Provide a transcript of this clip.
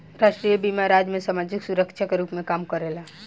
राष्ट्रीय बीमा राज्य में सामाजिक सुरक्षा के रूप में काम करेला